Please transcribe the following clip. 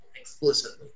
explicitly